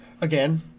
again